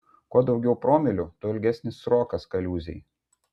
kuo daugiau promilių tuo ilgesnis srokas kaliūzėj